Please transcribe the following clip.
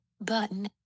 button